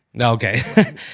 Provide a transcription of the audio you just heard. Okay